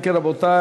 אם כן, רבותי,